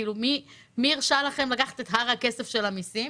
מי הרשה לכם לקחת את הר הכסף שלן המיסים?